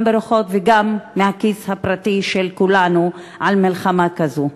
גם בנפשות וגם מהכיס הפרטי של כולנו על מלחמה כזו.